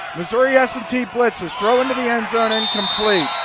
missouri s and t blitzes. throwing to the end zone, incomplete.